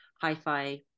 hi-fi